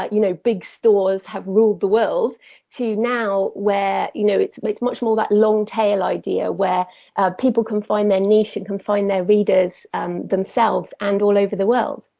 you know big stores have rule the world to now where you know it makes much more that long tail idea where people can find their niche and can find their readers themselves and all over the world.